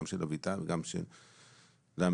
גם של אביטל וגם של ל.,